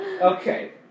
Okay